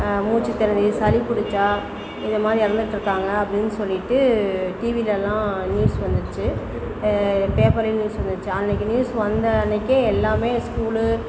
மூச்சு திணறி சளி பிடிச்சா இது மாதிரி இறந்துட்டுருக்காங்க அப்படின்னு சொல்லிவிட்டு டிவியில எல்லாம் நியூஸ் வந்துச்சு பே பேப்பர்லையும் நியூஸ் வந்துச்சு அன்னைக்கு நியூஸ் வந்த அன்னைக்கு எல்லாமே ஸ்கூலு